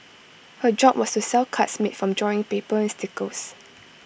her job was to sell cards made from drawing paper and stickers